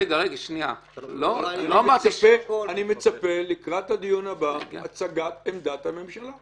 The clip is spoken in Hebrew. אני מצפה לקראת הדיון הבא שתהיה הצגת עמדת הממשלה.